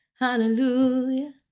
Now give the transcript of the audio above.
hallelujah